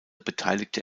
beteiligte